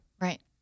Right